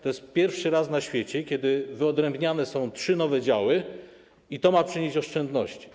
To jest pierwszy raz na świecie, kiedy wyodrębniane są trzy nowe działy i ma to przynieść oszczędności.